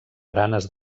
baranes